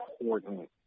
important